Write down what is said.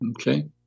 okay